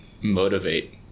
motivate